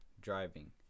driving